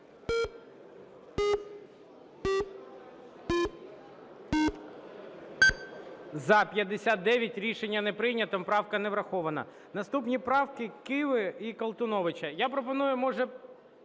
За-59 Рішення не прийнято. Правка не врахована. Наступні правки Киви і Колтуновича. Я пропоную, може,